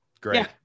Great